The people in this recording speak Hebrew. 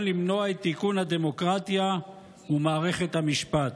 למנוע את תיקון הדמוקרטיה ומערכת המשפט.